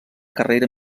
carrera